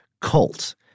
cult